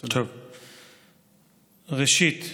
ראשית,